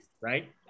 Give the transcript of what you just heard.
right